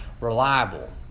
reliable